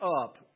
up